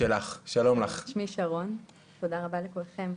שמי שרון, תודה רבה לכולכם,